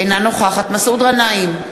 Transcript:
אינה נוכחת מסעוד גנאים,